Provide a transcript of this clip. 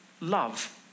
love